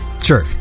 Sure